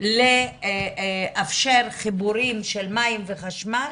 לאפשר חיבורים של מים וחשמל,